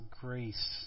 grace